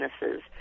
businesses